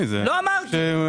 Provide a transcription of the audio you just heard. יודע.